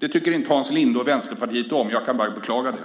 Det tycker inte Hans Linde och Vänsterpartiet om. Jag kan bara beklaga det.